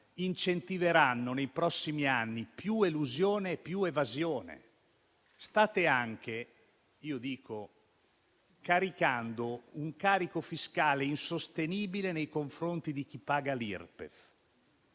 incentiveranno nei prossimi anni più elusione e più evasione, state anche realizzando un carico fiscale insostenibile nei confronti di chi paga l'IRPEF.